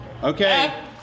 Okay